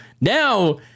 now